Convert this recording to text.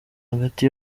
hagati